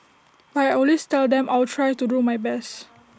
but I always tell them I will try to do my best